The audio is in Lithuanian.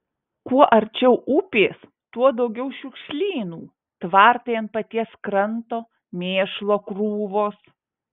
kuo arčiau upės tuo daugiau šiukšlynų tvartai ant paties kranto mėšlo krūvos